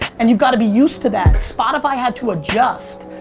and you've gotta be used to that. spotify had to adjust.